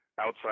outside